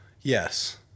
yes